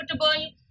comfortable